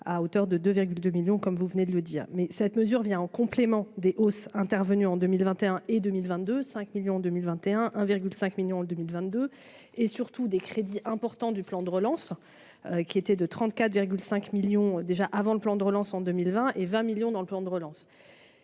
à hauteur de 2,2 millions comme vous venez de le dire, mais cette mesure vient en complément des hausses intervenues en 2021 et 2022 5 millions en 2021 1 virgule 5 millions en 2022, et surtout des crédits importants du plan de relance, qui était de 34,5 millions déjà avant le plan de relance en 2020 et 20 millions dans le plan de relance,